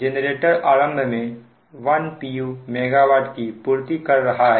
generator आरंभ में 1 pu MW की पूर्ति कर रहा है